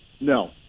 No